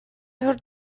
her